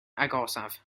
agosaf